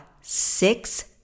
six